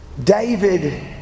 David